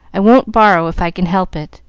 i won't borrow if i can help it,